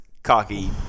Cocky